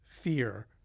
fear